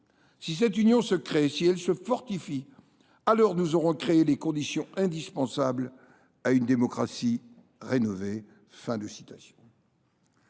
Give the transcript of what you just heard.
si cette union se crée, si elle se fortifie, alors nous aurons créé les conditions indispensables à une démocratie rénovée. »